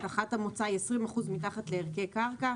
הנחת המוצא היא 20% מתחת לערכי קרקע,